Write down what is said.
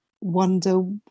wonder